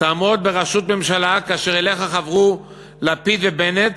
תעמוד בראשות ממשלה, כאשר אליך חברו לפיד ובנט,